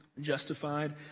Justified